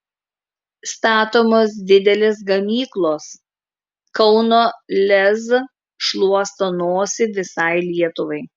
statomos didelės gamyklos kauno lez šluosto nosį visai lietuvai